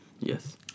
Yes